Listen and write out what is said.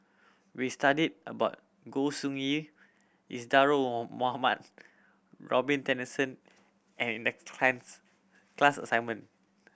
we studied about Goi Seng Isadhora Mohamed Robin Tessensohn class assignment